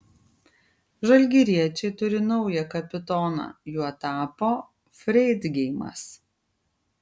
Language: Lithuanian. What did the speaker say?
žalgiriečiai turi naują kapitoną juo tapo freidgeimas